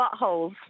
buttholes